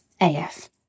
AF